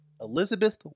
Elizabeth